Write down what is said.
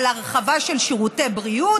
על הרחבה של שירותי בריאות,